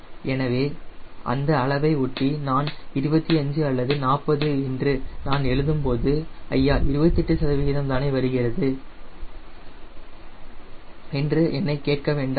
எனவே அந்த அளவை ஒட்டி நான் 25 அல்லது 40 என்று நான் எழுதும்போது ஐயா 22 சதவிகிதம் தானே அங்கே உள்ளது என்று என்னை கேட்க வேண்டாம்